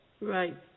Right